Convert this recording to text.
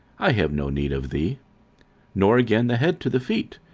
i have no need of thee nor again the head to the feet,